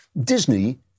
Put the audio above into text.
Disney